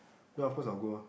ya of course I'll go